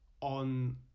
on